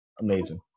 amazing